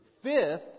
Fifth